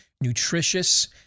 nutritious